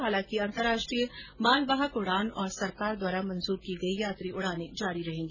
हालांकि अंतरराष्ट्रीय माल वाहक उड़ान और सरकार द्वारा मंजूर की गई यात्री उडाने जारी रहेगी